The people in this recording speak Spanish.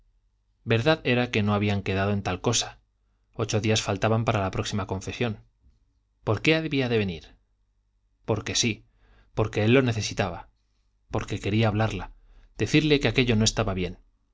verdad era que no habían quedado en tal cosa ocho días faltaban para la próxima confesión por qué había de venir por que sí por que él lo necesitaba porque quería hablarla decirle que aquello no estaba bien